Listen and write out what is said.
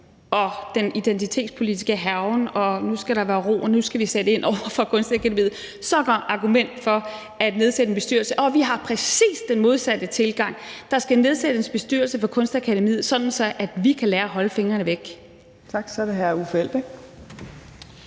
og den identitetspolitiske hærgen, og at nu skal der være ro, og at nu skal vi sætte ind over for Kunstakademiet. Det har været argument for at nedsætte en bestyrelse. Vi har præcis den modsatte tilgang. Der skal nedsættes en bestyrelse for Kunstakademiet, så vi kan lære at holde fingrene væk. Kl. 18:37 Fjerde